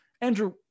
Andrew